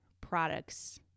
products